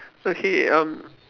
so actually um